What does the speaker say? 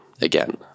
Again